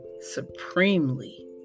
supremely